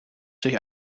durch